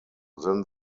then